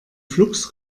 flux